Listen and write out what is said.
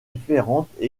différentes